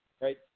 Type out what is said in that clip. Right